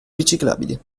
riciclabili